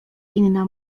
inna